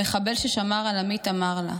המחבל ששמר על עמית אמר לה: